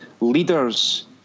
leaders